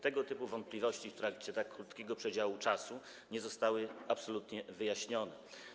Tego typu wątpliwości w trakcie tak krótkiego czasu nie zostały absolutnie wyjaśnione.